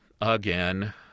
Again